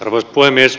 arvoisa puhemies